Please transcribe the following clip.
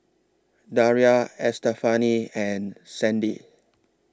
Daria Estefani and Sandy